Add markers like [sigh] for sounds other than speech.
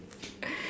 [noise]